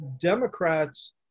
Democrats